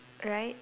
right